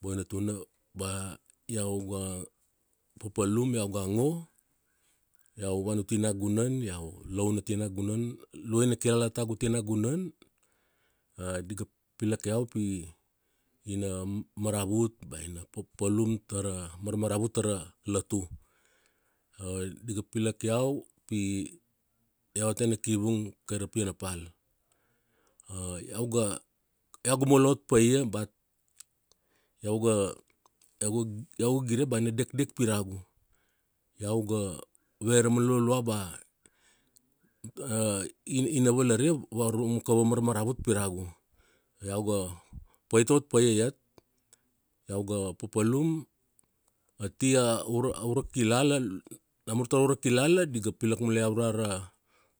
Boina tuna, bea iau ga, papalum iau ga ngo, iau vana uti nagunan, iau laun ati nagunan, luaina kilala tagu ati nagunan, di ga pilak iau pi, ina maravut bea ina papalum tara, marmaravut tara, latu. Di ga pilak iau pi, iau a tena kivung kai ra pianapal. Iau ga, iau ga mulot pa ia bat, iau ga, iau ga, iau ga gire ba na dekdek piragu. Iau ga, ve ra umana lualua ba, ina ina valaria varurung ma kavava marmaravut piragu. Iau ga, pait ot paia iat. Iau ga papalum, ati aurua, aurua kilala namur tara ura kilala, di ga pilak mule iau ura ra, kaira